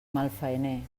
malfaener